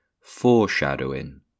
Foreshadowing